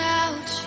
out